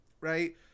right